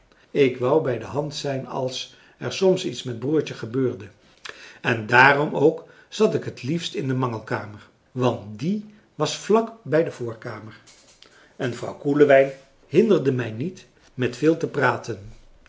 ik wou bij de hand zijn als er soms iets met broertje gebeurde en daarom ook zat ik liefst in de mangelkamer want die was vlak bij de voorkamer en vrouw koelewijn hinderde mij niet met veel te praten